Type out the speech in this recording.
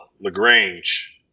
LaGrange